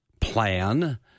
plan